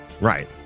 Right